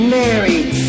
married